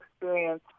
experience